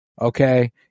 Okay